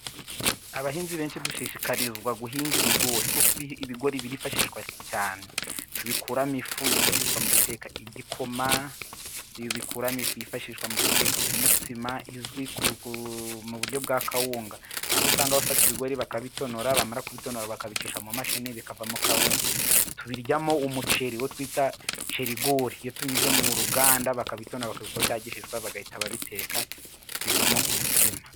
Abahinzi benshi dushishikarizwa guhinga ibigori kuko ibigori birifashishwa cyane. Tubikuramo ifu yifashishwa mu guteka igikoma, ibi bikuramo ifu yifashishwa mu guteka umutsima, izwi mu buryo bwa kawunga, aho usanga bafata ibigori bakabitonora, bamara kubitonora bakabicisha mu mashini, bikavamo kawunga. Tubiryamo umuceri, uwo twita "herigori", iyo tunyujije mu ruganda, bakabitonora bakabikoraho cya gishishwa, bagahita babiteka, bivamo umutsima.